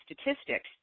Statistics